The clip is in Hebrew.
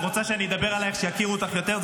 את רוצה שאני אדבר עלייך, שיכירו אותך יותר.